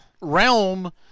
realm